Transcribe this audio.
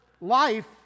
life